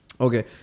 Okay